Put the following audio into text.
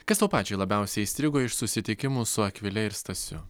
kas tau pačiai labiausiai įstrigo iš susitikimų su akvile ir stasiu